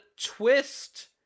twist